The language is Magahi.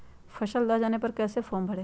फसल दह जाने पर कैसे फॉर्म भरे?